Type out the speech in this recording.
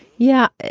yeah.